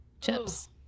chips